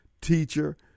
teacher